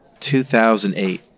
2008